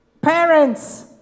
Parents